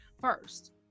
first